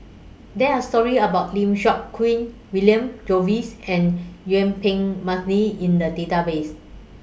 There Are stories about Lim Seok Hui William Jervois and Yuen Peng Mcneice in The Database